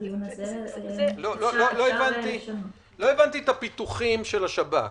הדיון הזה --- לא הבנתי את הפיתוחים של השב"כ.